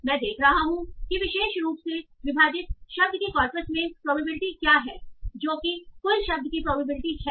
मैं देख रहा हूं कि विशेष रूप से विभाजित शब्द की कॉरपस में प्रोबेबिलिटी क्या है जो कि कुल शब्द की प्रोबेबिलिटी है